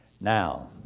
Now